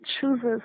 chooses